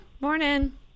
Morning